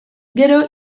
gero